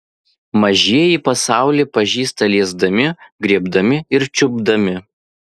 mažieji pasaulį pažįsta liesdami griebdami ir čiupdami